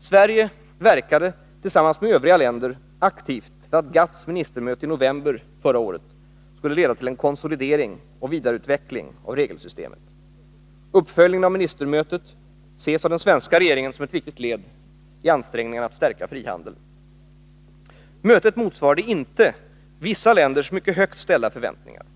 Sverige verkade tillsammans med övriga länder aktivt för att GATT:s ministermöte i november förra året skulle leda till en konsolidering och vidareutveckling av regelsystemet. Uppföljningen av ministermötet ses av den svenska regeringen som ett viktigt led i ansträngningarna att stärka frihandeln. Mötet motsvarade inte vissa länders mycket högt ställda förväntningar.